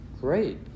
great